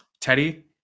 Teddy